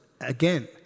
again